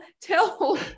tell